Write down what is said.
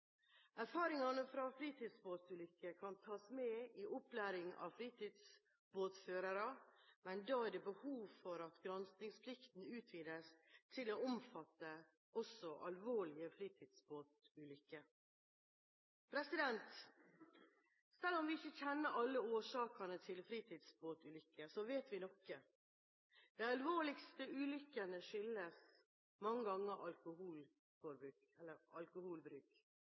Erfaringene fra fritidsbåtulykker kan tas med i opplæringen av fritidsbåtførere, men da er det behov for at granskingsplikten utvides til å omfatte også alvorlige fritidsbåtulykker. Selv om vi ikke kjenner alle årsakene til fritidsbåtulykker, vet vi noe: De alvorligste ulykkene skyldes mange ganger alkoholbruk. Derfor har Kristelig Folkeparti foreslått nulltoleranse for alkoholbruk